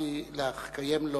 בחרתי לייחד לו